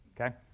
Okay